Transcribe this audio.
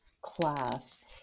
class